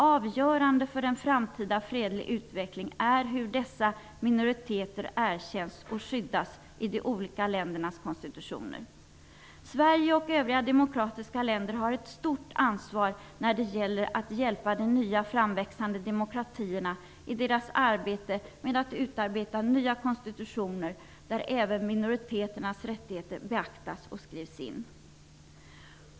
Avgörande för en framtida fredlig utveckling är hur dessa minoriteter erkänns och skyddas i de olika ländernas konstitutioner. Sverige och övriga demokratiska länder har ett stort ansvar när det gäller att hjälpa de nya, framväxande demokratierna att utarbeta nya konstitutioner där även minoriteternas rättigheter beaktas och skrivs in.